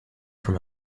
from